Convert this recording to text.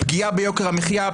פגיעה ביוקר המחיה,